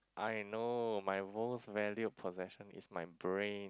I know my most valued possession is my brain